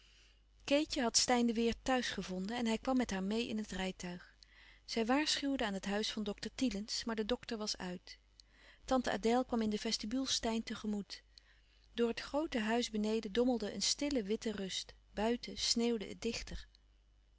keetje had steyn de weert thuis gevonden en hij kwam met haar meê in het rijtuig zij waarschuwden aan het huis van dokter thielens maar de dokter was uit tante adèle kwam in de vestibule steyn te-gemoet door het groote huis beneden dommelde een stille witte rust buiten sneeuwde het dichter